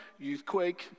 Youthquake